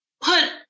Put